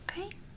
okay